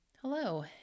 Hello